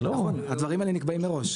נכון, הדברים האלה נקבעים מראש.